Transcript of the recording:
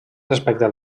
respecte